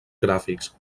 gràfics